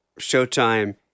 Showtime